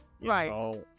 Right